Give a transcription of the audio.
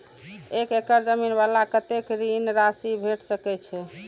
एक एकड़ जमीन वाला के कतेक ऋण राशि भेट सकै छै?